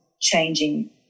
changing